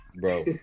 Bro